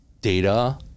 data